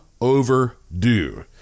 overdue